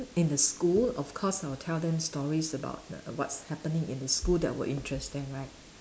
in the school of course I will tell them stories about the what's happening in the school that will interest them right